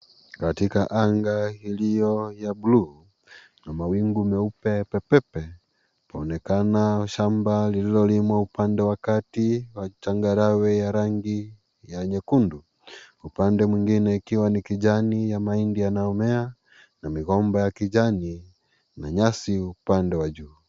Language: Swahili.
Katika anga iliyo ya bluu na mawingu meupe pepepe paonekana shamba lililolimwa upande wa kati na changarao ya rangi ya nyekundu, upande mwingine ikiwa ni kijani ya mahindi yanayomea na migomba ya kijani na nyasi upande wa juu.